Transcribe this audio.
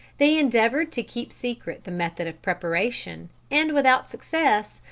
they endeavoured to keep secret the method of preparation, and, without success,